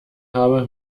habe